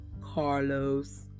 Carlos